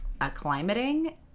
acclimating